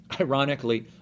Ironically